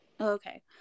Okay